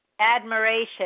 Admiration